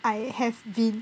I have been